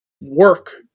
work